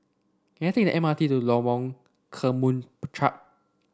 can I take the M R T to Lorong Kemunchup